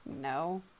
No